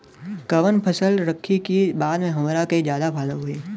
कवन फसल रखी कि बाद में हमरा के ज्यादा फायदा होयी?